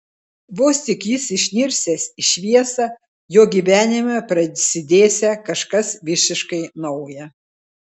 vos tik jis išnirsiąs į šviesą jo gyvenime prasidėsią kažkas visiškai nauja